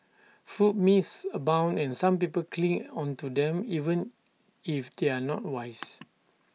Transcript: food myths abound and some people cling onto them even if they are not wise